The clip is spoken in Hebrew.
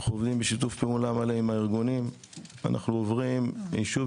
אנחנו עובדים בשיתוף פעולה מלא עם הארגונים,